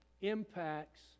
impacts